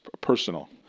personal